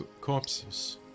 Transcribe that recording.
Corpses